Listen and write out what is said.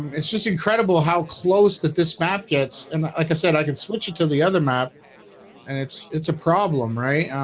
um it's just incredible how close that this map gets and like i said i could switch it to the other map and it's it's a problem, right?